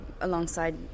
alongside